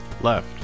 left